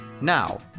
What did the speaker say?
Now